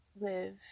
live